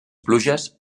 pluges